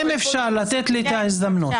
שמקדמים את הרעיון הזה שתהיה ביקורת שיפוטית